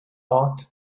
thought